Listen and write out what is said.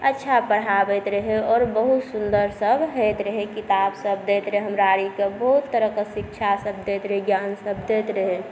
अच्छा पढ़ाबैत रहै आओर बहुत सुन्दर सब होइत रहै किताबसब दैत रहै हमरा आरके बहुत तरहके शिक्षासब दैत रहै ज्ञानसब दैत रहै